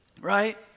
right